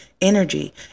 energy